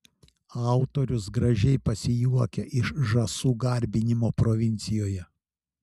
autorius gražiai pasijuokia iš žąsų garbinimo provincijoje